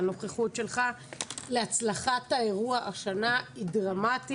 שהנוכחות שלך להצלחת האירוע השנה היא דרמטית.